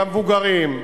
במבוגרים.